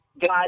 got